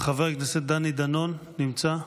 חבר הכנסת דני דנון, לא נמצא.